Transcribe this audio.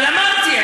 אבל אמרתי.